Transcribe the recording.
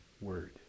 word